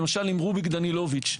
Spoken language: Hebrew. למשל עם רוביק דנילוביץ'.